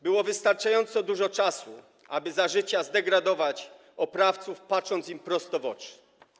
Było wystarczająco dużo czasu, aby za życia zdegradować oprawców, patrząc im prosto w oczy.